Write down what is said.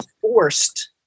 forced